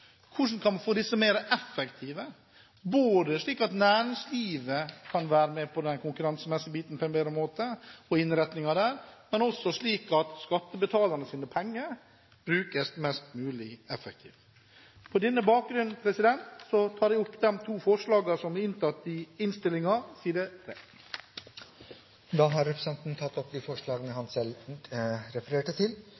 Hvordan kan man få dem mer effektive slik at næringslivet kan være med på den konkurransemessige biten på en bedre måte, og innretningen der, og slik at skattebetalernes penger brukes mest mulig effektivt? På denne bakgrunn tar jeg opp de to forslagene som er inntatt i innstillingen på side 3. Da har representanten Harald T. Nesvik tatt opp de forslagene han